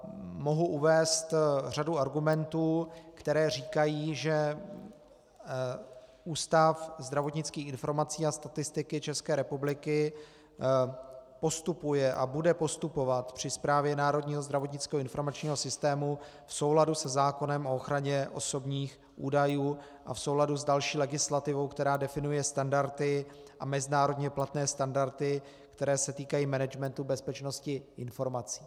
Mohu tady uvést řadu argumentů, které říkají, že Ústav zdravotnických informací a statistiky České republiky postupuje a bude postupovat při správě Národního zdravotnického informačního systému v souladu se zákonem o ochraně osobních údajů a v souladu s další legislativou, která definuje standardy a mezinárodně platné standardy, které se týkají managementu bezpečnosti informací.